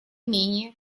менее